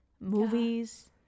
movies